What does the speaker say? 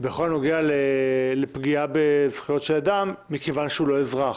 בכל הנוגע לפגיעה בזכויות של אדם מכיוון שהוא לא אזרח.